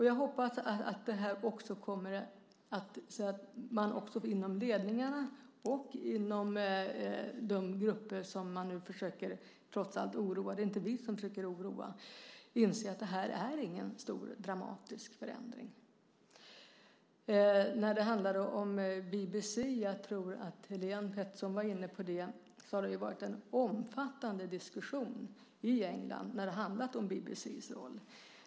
Jag hoppas att också de inom ledningarna och inom de grupper som man nu trots allt försöker oroa - det är inte vi som försöker oroa - inser att det här inte är någon stor dramatisk förändring. När det handlar om BBC - jag tror att Helene Petersson var inne på det - har det varit en omfattande diskussion i England om just BBC:s roll.